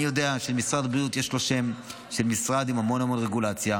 אני יודע שלמשרד הבריאות יש שם של משרד עם המון המון רגולציה,